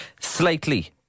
Slightly